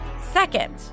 Second